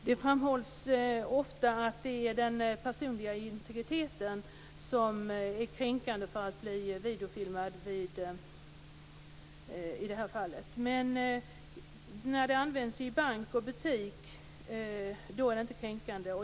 Fru talman! Det framhålls ofta att det är den personliga integriteten som blir kränkt om man videofilmas i den här situationen. Men när det används i bank och butik är det inte kränkande.